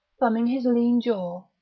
thumbing his lean jaw,